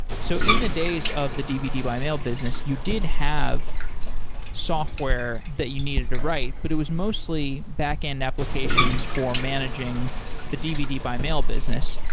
so in the days of the dvd by mail business, you did have software that you needed to write, but it was mostly backend applications for managing the dvd by mail business.